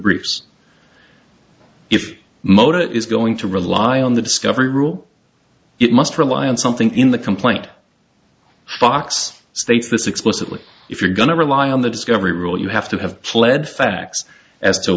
briefs if mota is going to rely on the discovery rule it must rely on something in the complaint box states this explicitly if you're going to rely on the discovery rule you have to have pled facts a